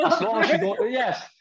Yes